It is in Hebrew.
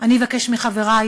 אני אבקש מחברי